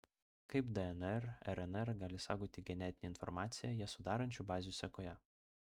kaip dnr rnr gali saugoti genetinę informaciją ją sudarančių bazių sekoje